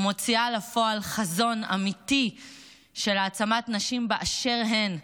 ומוציאה לפועל חזון אמיתי של העצמת נשים באשר הן,